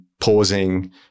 Pausing